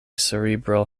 cerebral